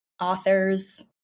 authors